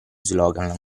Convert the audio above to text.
slogan